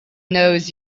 knows